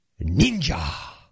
Ninja